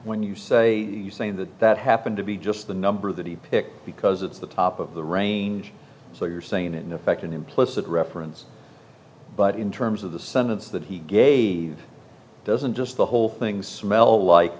when you say you say that that happened to be just the number that he picked because it's the top of the range so you're saying that in effect an implicit reference but in terms of the some of that he gave doesn't just the whole thing smell like